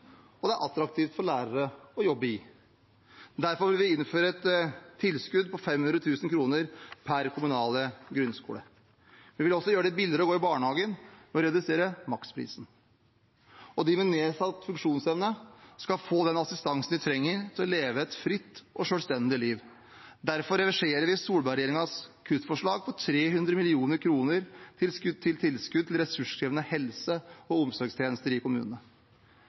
og som det er attraktivt for lærere å jobbe på. Derfor vil vi innføre et tilskudd på 500 000 kr per kommunale grunnskole. Vi vil også gjøre det billigere å gå i barnehagen ved å redusere maksprisen. De med nedsatt funksjonsevne skal få den assistansen de trenger for å leve et fritt og selvstendig liv. Derfor reverserer vi Solberg-regjeringens kuttforslag på 300 mill. kr til tilskudd til ressurskrevende helse- og omsorgstjenester i kommunene.